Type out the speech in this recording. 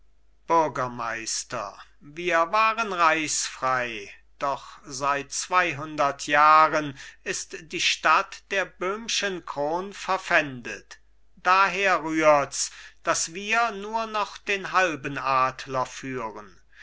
bürgermeister wir waren reichsfrei doch seit zweihundert jahren ist die stadt der böhmschen kron verpfändet daher rührts daß wir nur noch den halben adler führen